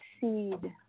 seed